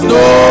no